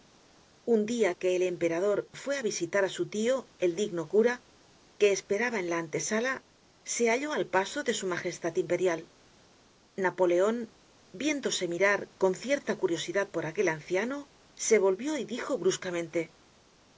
un dia en que el emperador fué á visitar á su tio el digno cura que esperaba en la antesala se halló al paso de s m imperial napoleon viéndose mirar con cierta curiosidad por aquel anciano se volvió y dijo bruscamente